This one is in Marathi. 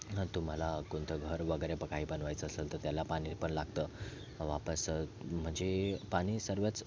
हं तुम्हाला कोणतं घर वगरे बघाई बनवायचं असंल तर त्याला पाणी पण लागतं वापस म्हणजे पाणी सर्व्याच